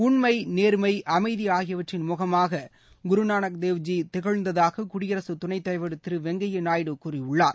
உண்மை நேர்மை அமைதி ஆகியவற்றின் முகமாக குருநானக் தேவ் ஜி திகழ்ந்ததாக குடியரசு துணைத் தலைவர் திரு வெங்கய்யா நாயுடு கூறியுள்ளார்